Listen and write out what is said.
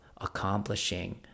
accomplishing